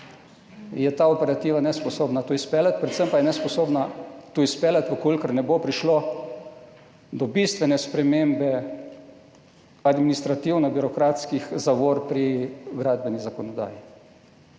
obnove, nesposobna to izpeljati, predvsem pa je nesposobna to izpeljati, če ne bo prišlo do bistvene spremembe administrativno-birokratskih zavor pri gradbeni in